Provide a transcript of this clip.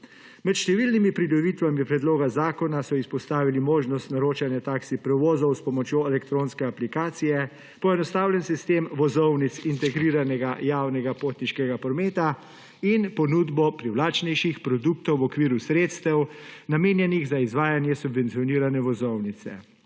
Zelo pomembno je, da predlog zakona prinaša možnost naročanja taksi prevozov z pomočjo elektronskih aplikacij, poenostavljen sistem vozovnic integriranega javnega potniškega prometa in ponudbo privlačnejših produktov v okviru sredstev, namenjenih za izvajanje subvencionirane vozovnice.